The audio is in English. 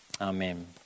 Amen